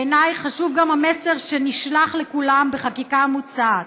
בעיניי חשוב גם המסר שנשלח לכולם בחקיקה המוצעת.